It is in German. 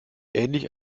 ähnlich